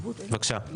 בבקשה.